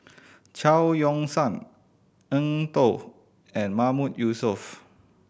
Chao Yoke San Eng Tow and Mahmood Yusof